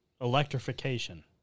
electrification